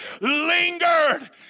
lingered